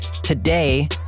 Today